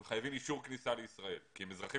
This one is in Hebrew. הם חייבים אישור כניסה לישראל כי הם אזרחים